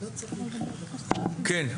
בבקשה.